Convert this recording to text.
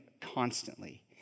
constantly